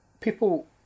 people